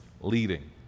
leading